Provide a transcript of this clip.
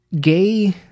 Gay